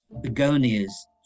Begonias